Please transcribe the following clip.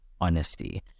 honesty